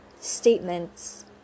statements